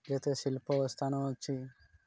ଏତେ ଶିଳ୍ପ ସ୍ଥାନ ଅଛି